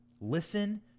Listen